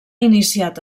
iniciat